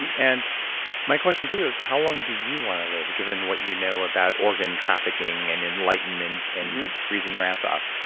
and and my question for you is how long do you want to live given what you know about organ trafficking and enlightenment and freezing your ass off?